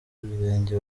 ibirenge